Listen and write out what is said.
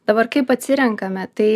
dabar kaip atsirenkame tai